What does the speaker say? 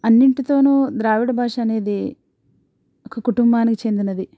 అన్నింటితోనూ ద్రావిడ భాష అనేది ఒక కుటుంబానికి చెందినది